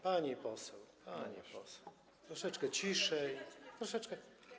Pani poseł, pani poseł, troszeczkę ciszej, troszeczkę.